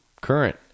current